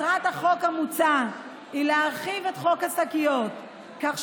מטרת החוק המוצע היא להרחיב את חוק השקיות כך